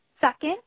second